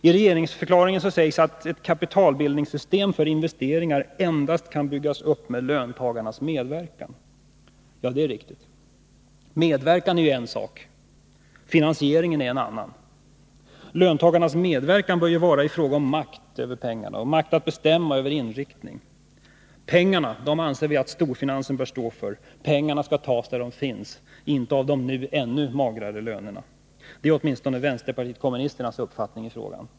I regeringsförklaringen sägs att ett kapitalbildningssystem för investeringar endast kan byggas upp med löntagarnas medverkan. Det är riktigt. Medverkan är en sak. Finansieringen är en annan. Löntagarnas medverkan bör finnas i fråga om makt över pengarna, makt att bestämma över inriktningen. Pengarna anser vi att storfinansen bör stå för. Pengarna skall tas där de finns — inte av de nu ännu magrare lönerna. Det är åtminstone vänsterpartiet kommunisternas uppfattning i den här frågan.